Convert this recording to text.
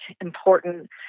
important